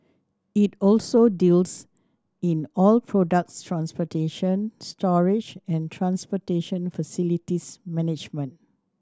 it also deals in oil products transportation storage and transportation facilities management